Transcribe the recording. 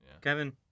Kevin